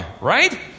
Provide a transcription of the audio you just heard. right